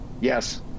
Yes